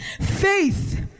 faith